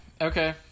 Okay